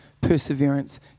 perseverance